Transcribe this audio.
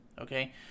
Okay